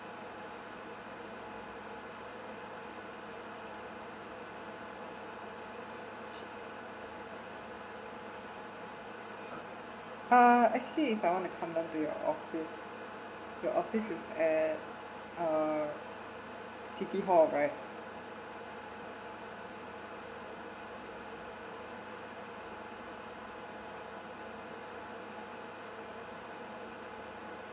uh actually if I wanna come town to your office your office is at uh city hall right